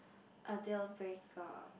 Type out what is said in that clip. a deal breaker